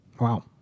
Wow